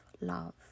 love